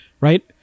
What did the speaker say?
right